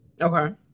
Okay